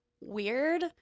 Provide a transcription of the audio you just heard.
weird